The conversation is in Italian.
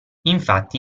infatti